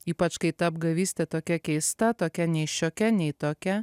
ypač kai ta apgavystė tokia keista tokia nei šiokia nei tokia